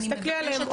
תסתכלי עליהם.